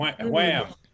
Wham